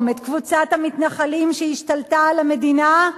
את קבוצת המתנחלים שהשתלטה על המדינה,